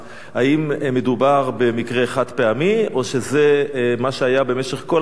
האם מדובר במקרה חד-פעמי או שזה מה שהיה בכל הפעמים